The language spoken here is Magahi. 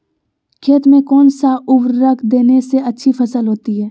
खेत में कौन सा उर्वरक देने से अच्छी फसल होती है?